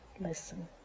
listen